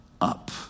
up